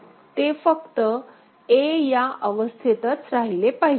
ते फक्त a या अवस्थेतच राहिले पाहिजे